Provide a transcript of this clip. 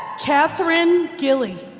catherine gilley